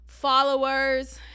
Followers